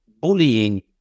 bullying